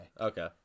okay